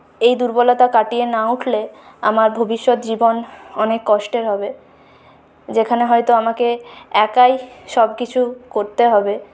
এই দুর্বলতা কাটিয়ে না উঠলে আমার ভবিষ্যৎ জীবন অনেক কষ্টের হবে যেখানে হয়তো আমাকে একাই সবকিছু করতে হবে